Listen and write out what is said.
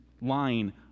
line